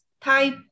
type